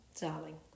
darling